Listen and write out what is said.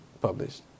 published